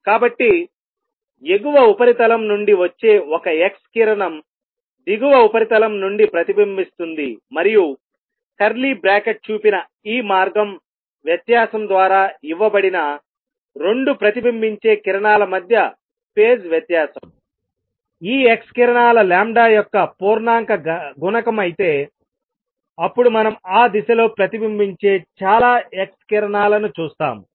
కాబట్టి ఎగువ ఉపరితలం నుండి వచ్చే ఒక X కిరణం దిగువ ఉపరితలం నుండి ప్రతిబింబిస్తుంది మరియు కర్లీ బ్రాకెట్ చూపిన ఈ మార్గం వ్యత్యాసం ద్వారా ఇవ్వబడిన 2 ప్రతిబింబించే కిరణాల మధ్య ఫేజ్ వ్యత్యాసం ఈ X కిరణాల లాంబ్డా యొక్క పూర్ణాంక గుణకం అయితేఅప్పుడు మనం ఆ దిశలో ప్రతిబింబించే చాలా X కిరణాలను చూస్తాము